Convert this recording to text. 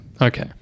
Okay